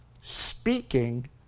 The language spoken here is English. speaking